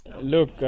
Look